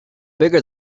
bigger